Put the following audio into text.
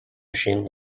machine